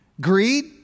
Greed